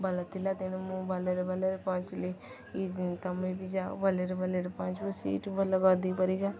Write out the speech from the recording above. ଭଲ ଥିଲା ତେଣୁ ମୁଁ ଭଲରେ ଭଲରେ ପହଞ୍ଚିଲି ଏଇ ତମେ ବି ଯାଅ ଭଲରେ ଭଲରେ ପହଞ୍ଚିବ ସିଟ୍ ଭଲ ଗଦି ପରିକା